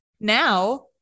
now